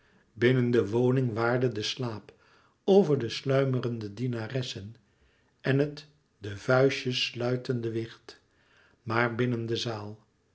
binnen de woning waarde de slaap over de sluimerende dienaressen en het de vuistjes sluitende wicht maar binnen de zaal